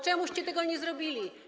Czemuście tego nie zrobili?